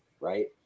Right